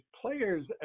players